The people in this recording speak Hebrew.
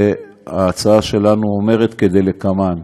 ההצעה שלנו אומרת כדלקמן: